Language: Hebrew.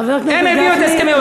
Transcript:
חדשות טובות.